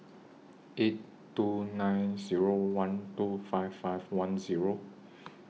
eight two nine Zero one two five five one Zero